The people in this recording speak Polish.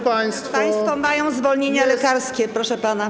Państwo mają zwolnienia lekarskie, proszę pana.